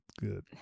Good